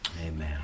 Amen